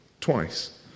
twice